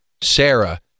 sarah